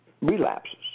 relapses